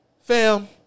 Fam